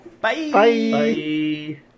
Bye